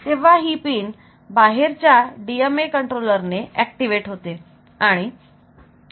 तेव्हा ही पिन बाहेरच्या डीएम कंट्रोलर ने ऍक्टिव्हेट होते